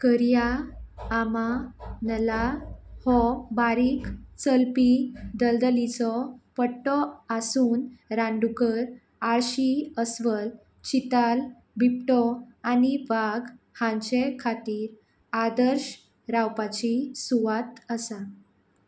करिया आमा लल्ला हो बारीक चलपी दलदलीचो पट्टो आसून रान डूकर आळशी अस्वल चिताल बिबटो आनी वाघ हांचे खातीर आदर्श रावपाची सुवात आसा